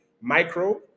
micro